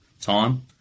time